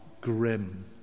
grim